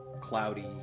cloudy